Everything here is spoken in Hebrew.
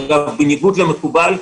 בניגוד למקובל,